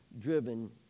driven